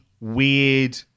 weird